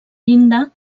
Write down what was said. llinda